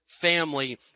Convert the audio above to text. family